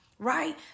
Right